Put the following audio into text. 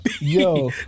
Yo